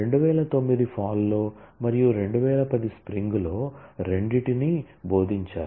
2009 fall లో మరియు 2010 spring లో రెండింటినీ బోధించారు